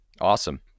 Awesome